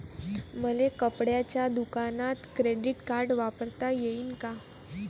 मले कपड्याच्या दुकानात क्रेडिट कार्ड वापरता येईन का?